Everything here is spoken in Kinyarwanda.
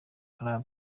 club